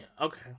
okay